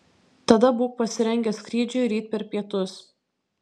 tada būk pasirengęs skrydžiui ryt per pietus